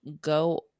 go